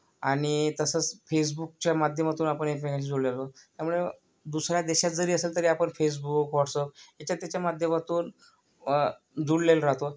आणि तसच फेसबुकच्या माध्यमातून आपण एकमेकांशी जोडलेलो राहतो त्यामुळे दुसऱ्या देशात जरी असेल तरी आपण फेसबुक व्हॉट्सॲप ह्याच्या त्याच्या माध्यमातून जोडलेलो राहतो